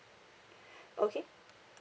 okay